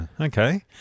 Okay